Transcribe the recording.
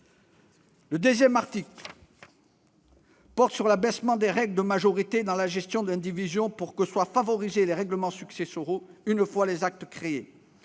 durée de trente ans. à l'abaissement des règles de majorité dans la gestion de l'indivision, afin que soient favorisés les règlements successoraux une fois les actes créés.